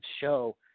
show